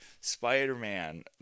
Spider-Man